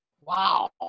wow